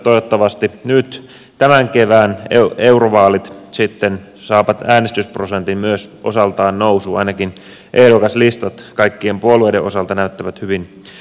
toivottavasti nyt tämän kevään eurovaalit sitten saavat myös äänestysprosentin osaltaan nousuun ainakin ehdokaslistat kaikkien puolueiden osalta näyttävät hyvin kiinnostavilta